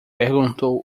perguntou